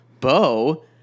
Bo